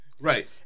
Right